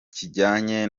kijyanye